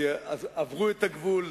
שעברו את הגבול,